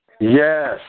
Yes